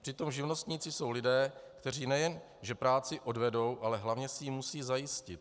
Přitom živnostníci jsou lidé, kteří nejen že práci odvedou, ale hlavně si ji musí zajistit.